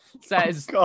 says